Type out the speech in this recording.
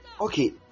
Okay